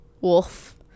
wolf